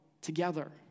together